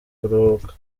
kuruhuka